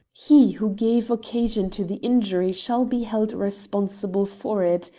he who gave occasion to the injury shall be held responsible for it,